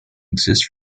exist